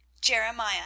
Jeremiah